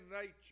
nature